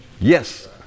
yes